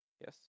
yes